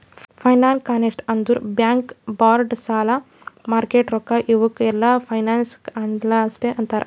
finance concept ಅಂದುರ್ bank bonds ಸಾಲ market ರೊಕ್ಕಾ ಇವುಕ್ ಎಲ್ಲಾ ಫೈನಾನ್ಸ್ ಕಾನ್ಸೆಪ್ಟ್ ಅಂತಾರ್